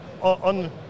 on